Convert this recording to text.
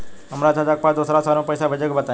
हमरा चाचा के पास दोसरा शहर में पईसा भेजे के बा बताई?